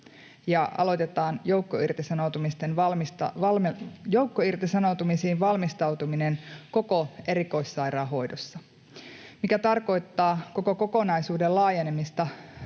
aloitetaan joukkoirtisanoutumisiin valmistautuminen koko erikoissairaanhoidossa, mikä tarkoittaa koko kokonaisuuden laajenemista